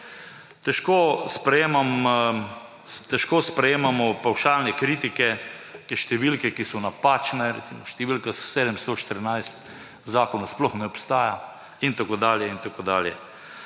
Težko sprejemamo pavšalne kritike in številke, ki so napačne. Recimo, številka 714 v zakonu sploh ne obstaja. In tako dalje in tako dalje.